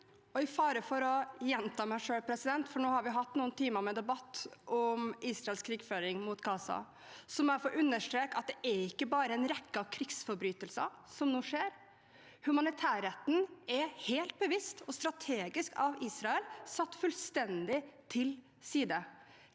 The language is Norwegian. Med fare for å gjenta meg selv – for nå har vi hatt noen timer med debatt om Israels krigføring mot Gaza – må jeg få understreke at det ikke bare er en rekke av krigsforbrytelser som nå skjer. Humanitærretten er helt bevisst og strategisk satt fullstendig til side